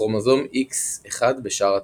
וכרומוזום X אחד בשאר התאים.